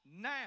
now